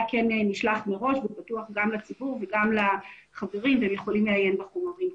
כן נשלח מראש והוא פתוח לציבור וגם לחברים והם יכולים לעיין בחומרים.